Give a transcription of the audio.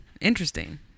interesting